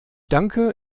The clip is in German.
danke